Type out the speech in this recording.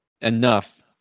enough